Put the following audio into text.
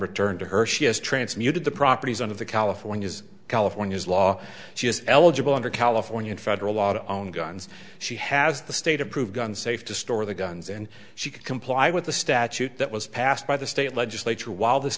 returned to her she has transmitted the properties of the california california's law she is eligible under california federal law to own guns she has the state approved gun safe to store the guns and she could comply with the statute that was passed by the state legislature while this